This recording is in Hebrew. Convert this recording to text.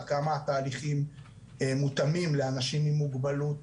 עד כמה התהליכים מותאמים לאנשים עם מוגבלות,